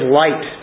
light